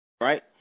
Right